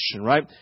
right